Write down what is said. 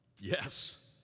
Yes